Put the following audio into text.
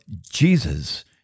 Jesus